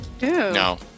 No